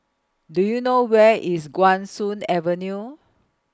Do YOU know Where IS Guan Soon Avenue